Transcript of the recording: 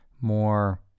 more